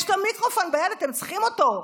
יש לו מיקרופון ביד, אתם צריכים אותו.